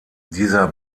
dieser